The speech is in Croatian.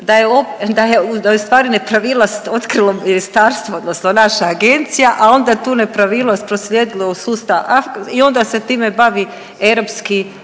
da je ustvari nepravilnost otkrilo ministarstvo odnosno naša agencija, a onda tu nepravilnost proslijedilo u sustav …/Govornik se ne razumije/…i onda se time bavi Europski